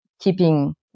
keeping